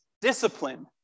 Discipline